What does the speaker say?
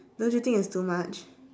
don't you think is too much